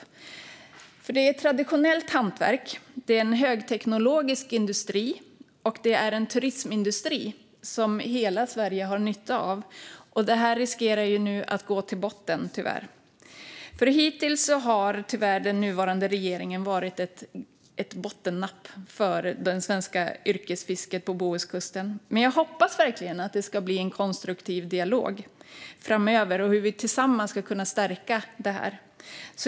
Det är nämligen ett traditionellt hantverk, en högteknologisk industri och en turistindustri som hela Sverige har nytta av, och detta riskerar nu att gå till botten. Hittills har den nuvarande regeringen tyvärr varit ett bottennapp för det svenska yrkesfisket på Bohuskusten, men jag hoppas verkligen att det ska bli en konstruktiv dialog framöver om hur vi tillsammans ska kunna stärka detta.